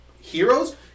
heroes